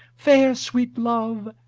fair sweet love,